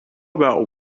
about